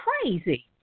crazy